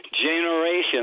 Generations